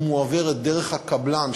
היא מועברת דרך הקבלן,